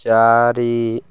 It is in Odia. ଚାରି